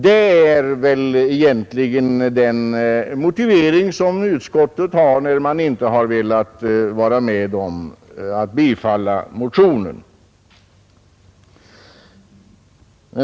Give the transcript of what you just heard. Det är väl egentligen den motivering som utskottet har när man i nte har velat vara med om att bifalla motionen.